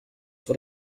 what